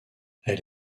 elle